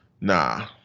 nah